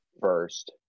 first